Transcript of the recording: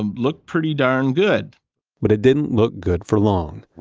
and looked pretty darned good but it didn't look good for long.